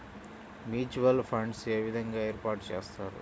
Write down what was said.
Mutual funds ఏ విధంగా ఏర్పాటు చేస్తారు?